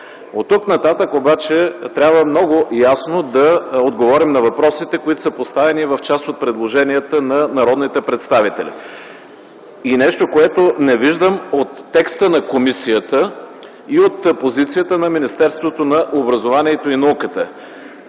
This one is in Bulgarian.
Оттук нататък трябва много ясно да отговорим на въпросите, които са поставени в част от предложенията на народните представители. Нещо, което не виждам в текста на комисията и позицията на Министерството на образованието и науката.